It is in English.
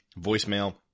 voicemail